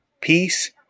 Peace